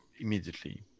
immediately